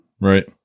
Right